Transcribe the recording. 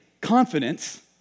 confidence